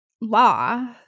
law